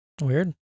Weird